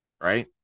right